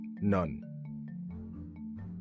None